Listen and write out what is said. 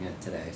today